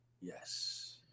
Yes